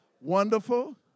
wonderful